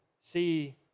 see